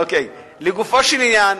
לגופו של עניין,